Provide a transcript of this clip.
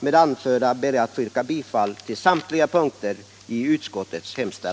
Med det anförda ber jag att få yrka bifall till utskottets hemställan på samtliga punkter.